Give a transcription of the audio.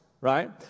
Right